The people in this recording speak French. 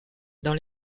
dans